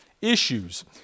issues